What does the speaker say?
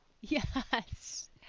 Yes